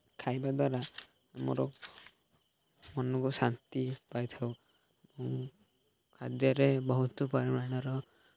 ଖାଇବା ଦ୍ୱାରା ଆମର ମନକୁ ଶାନ୍ତି ପାଇଥାଉ ଏବଂ ଖାଦ୍ୟରେ ବହୁତ ପରିମାଣର